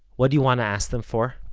what do you want to ask them for?